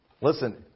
Listen